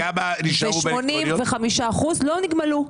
85 אחוזים לא נגמלו.